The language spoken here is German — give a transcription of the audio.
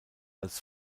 als